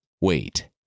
Wait